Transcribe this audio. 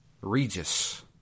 Regis